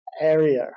area